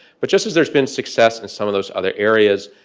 but just as there's been success in some of those other areas,